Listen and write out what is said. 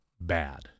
bad